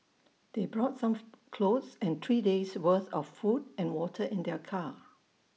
they brought some clothes and three days' worth of food and water in their car